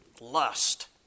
Lust